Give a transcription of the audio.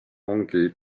ongi